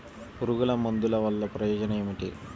పురుగుల మందుల వల్ల ప్రయోజనం ఏమిటీ?